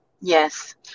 Yes